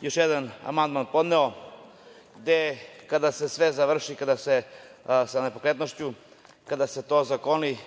Još jedan amandman sam podneo. Kada se sve završi sa nepokretnošću, kada se to ozakoni,